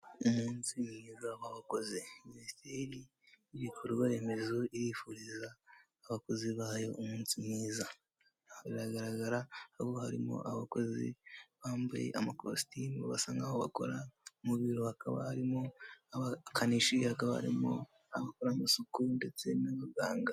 Umunsi mwiza w'abakozi, minisiteri y'ibikorwa remezo irifuriza abakozi bayo umunsi mwiza. Biragaragara ko harimo abakozi bambaye amakositimu basa nkaho bakora mu biro, hakaba harimo abakanishi, hakaba barimo abakora amasuku ndetse n'abaganga.